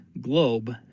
globe